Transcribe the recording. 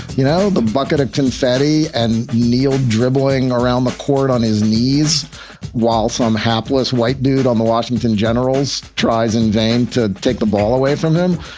you know, the bucket of confetti and needle dribbling around the court on his knees while some hapless white dude on the washington generals tries in vain to take the ball away from him.